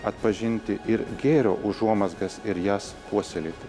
atpažinti ir gėrio užuomazgas ir jas puoselėti